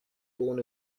born